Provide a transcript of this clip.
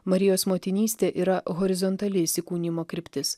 marijos motinystė yra horizontali įsikūnijimo kryptis